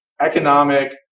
economic